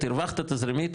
הרווחת תזרימית,